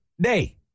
day